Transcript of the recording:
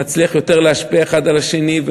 נצליח להשפיע אחד על השני יותר,